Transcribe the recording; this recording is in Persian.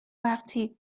وقتی